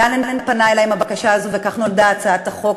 ואלן פנה אלי עם הבקשה הזו וכך נולדה הצעת החוק,